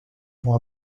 dont